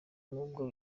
nubwo